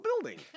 building